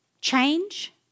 Change